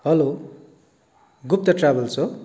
hello Gupta travels हो